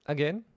Again